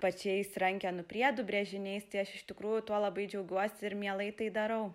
pačiais rankenų priedų brėžiniais tai aš iš tikrųjų tuo labai džiaugiuosi ir mielai tai darau